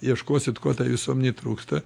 ieškosit ko tai visuomenei trūksta